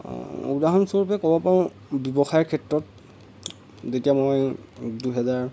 উদাহৰণস্বৰূপে ক'ব পাৰোঁ ব্যৱসায়ৰ ক্ষেত্ৰত যেতিয়া মই দুহেজাৰ